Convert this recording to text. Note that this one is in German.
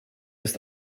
ist